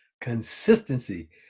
consistency